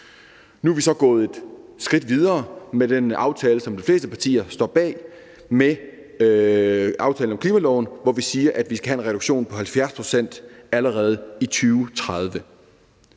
Nu er vi så gået et skridt videre med den aftale, som de fleste partier står bag, nemlig aftalen om klimaloven, hvor vi siger, at vi skal have en reduktion på 70 pct. allerede i 2030.